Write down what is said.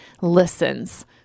listens